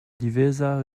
diwezhañ